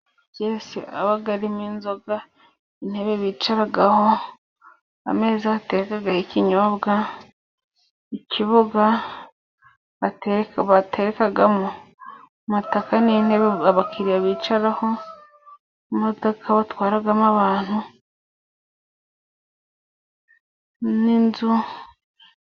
Amakese aba arimo inzoga, intebe bicaraho, ameza baterekaho ikinyobwa, ikibuga baterekamo umutaka n'intebe abakiriya bicaraho, imodoka batwaramo abantu n'inzu...